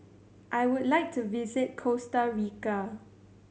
I would like to visit Costa Rica